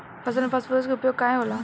फसल में फास्फोरस के उपयोग काहे होला?